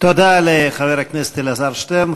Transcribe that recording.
תודה לחבר הכנסת אלעזר שטרן.